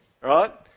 right